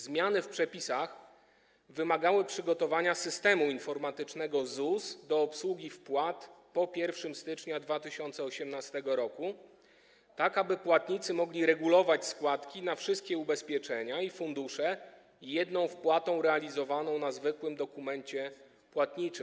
Zmiany w przepisach wymagały przygotowania systemu informatycznego ZUS do obsługi wpłat po 1 stycznia 2018 r., tak aby płatnicy mogli regulować składki na wszystkie ubezpieczenia i fundusze jedną wpłatą realizowaną na zwykłym dokumencie płatniczym.